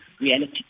reality